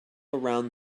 around